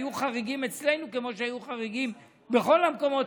היו חריגים אצלנו כמו שהיו חריגים בכל המקומות,